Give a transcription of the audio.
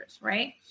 right